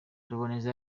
ruboneza